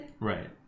Right